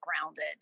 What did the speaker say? grounded